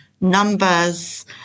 numbers